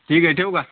ठीक आहे ठेऊ का